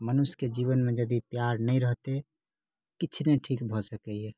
मनुष्यके जीवनमे यदि प्यार नहि रहतै किछु नहि ठीक भऽ सकैए